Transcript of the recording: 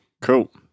Cool